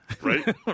Right